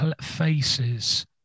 faces